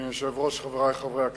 אדוני היושב-ראש, חברי חברי הכנסת,